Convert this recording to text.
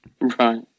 Right